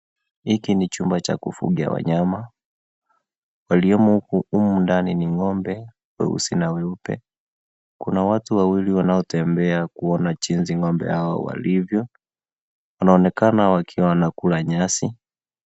Hiki ni chumba cha kufugia wanyama waliomo huku ndani ni ng'ombe weusi na weupe kuna watu wawili wanaotembea kuona jinsi hawa ng'ombe walivyo, wanaonekana wakiwa wanakula nyasi.